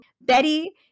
Betty